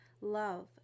love